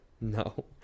No